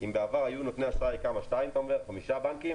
שאם בעבר היו נותני אשראי שניים מתוך חמישה בנקים,